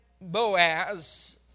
Boaz